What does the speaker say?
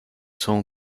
son